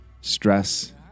stress